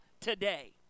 today